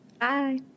Bye